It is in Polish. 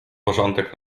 porządek